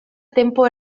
tempo